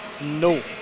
no